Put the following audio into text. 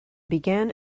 began